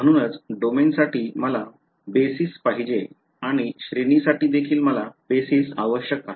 म्हणूनच डोमेनसाठी मला आधार पाहिजे आणि श्रेणीसाठी देखील मला बेस आवश्यक आहे